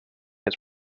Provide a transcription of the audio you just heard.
its